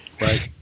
right